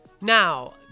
now